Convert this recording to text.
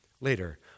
later